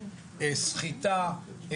סחיטה,